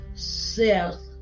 Seth